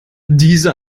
diese